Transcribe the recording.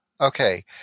Okay